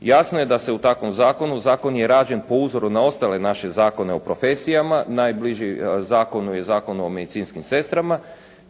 Jasno je da se u takvom zakonu, zakon je rađen po uzoru na ostale naše zakone o profesijama. Najbliži zakonu je Zakonu o medicinskim sestrama,